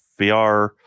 VR